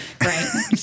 right